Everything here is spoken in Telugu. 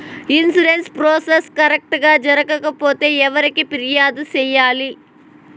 ఇన్సూరెన్సు ప్రాసెస్ కరెక్టు గా జరగకపోతే ఎవరికి ఫిర్యాదు సేయాలి